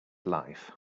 life